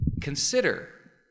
consider